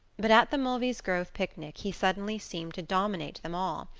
but at the mulvey's grove picnic he suddenly seemed to dominate them all,